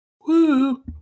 Woo